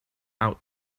out